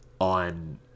on